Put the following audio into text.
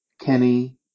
Kenny